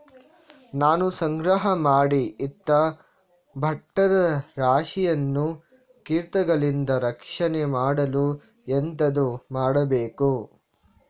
ನಾನು ಸಂಗ್ರಹ ಮಾಡಿ ಇಟ್ಟ ಭತ್ತದ ರಾಶಿಯನ್ನು ಕೀಟಗಳಿಂದ ರಕ್ಷಣೆ ಮಾಡಲು ಎಂತದು ಮಾಡಬೇಕು?